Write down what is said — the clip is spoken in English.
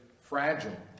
fragile